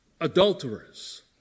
adulterers